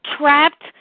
trapped